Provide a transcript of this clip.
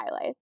highlights